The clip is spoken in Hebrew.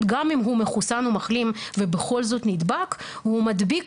גם אם הוא מחוסן או מחלים ובכל זאת נדבק והוא מדביק